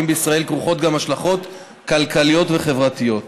בישראל כרוכות גם השלכות כלכליות וחברתיות.